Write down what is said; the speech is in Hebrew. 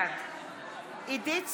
בעד עידית סילמן,